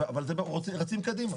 אבל רצים קדימה.